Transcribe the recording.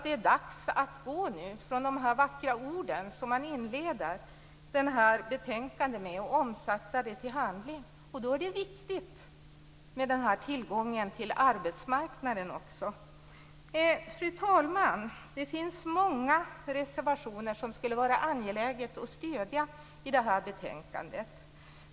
Det är dags att gå från de vackra orden som betänkandet inleds med och omsätta dem i handling. Det är viktigt med tillgången till arbetsmarknaden. Fru talman! Det finns många reservationer som det skulle vara angeläget att stödja i betänkandet.